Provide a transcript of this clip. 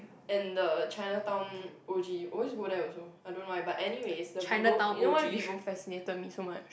and the ChinaTown O_G always go there also I don't know why but anyway the Vivo you know why Vivo fascinated me so much